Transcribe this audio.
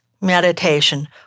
meditation